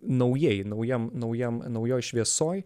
naujai naujam naujam naujoj šviesoj